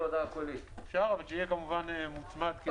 אפשר, אבל שיהיה כמובן מוצמד.